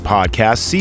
Podcast